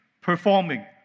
performing